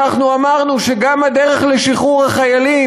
אנחנו אמרנו שגם הדרך לשחרור החיילים